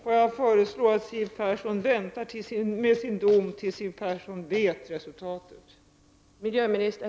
Herr talman! Jag vill föreslå att Siw Persson väntar med sin dom tills Siw Persson vet vad resultatet blev.